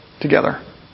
together